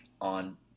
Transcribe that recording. on